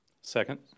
Second